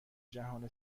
جهان